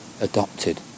adopted